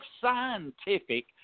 scientific